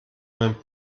mein